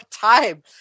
time